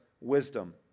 wisdom